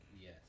Yes